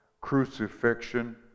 crucifixion